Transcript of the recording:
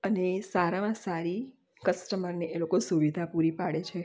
અને સારામાં સારી કસ્ટમરને એ લોકો સુવિધા પૂરી પાડે છે